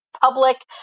public